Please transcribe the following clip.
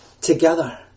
together